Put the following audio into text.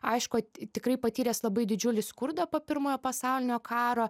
aišku tikrai patyręs labai didžiulį skurdą po pirmojo pasaulinio karo